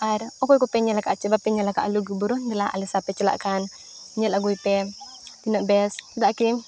ᱟᱨ ᱚᱠᱚᱭ ᱠᱚᱯᱮ ᱧᱮᱞ ᱟᱠᱟᱫ ᱪᱮ ᱵᱟᱯᱮ ᱧᱮᱞ ᱟᱠᱟᱜᱼᱟ ᱞᱩᱜᱩ ᱵᱩᱨᱩ ᱫᱮᱞᱟ ᱟᱞᱮ ᱥᱟᱶᱯᱮ ᱪᱟᱞᱟᱜ ᱠᱷᱟᱱ ᱧᱮᱞ ᱟᱹᱜᱩᱭᱯᱮ ᱛᱤᱱᱟᱹᱜ ᱵᱮᱥ ᱪᱮᱫᱟᱜ ᱠᱤ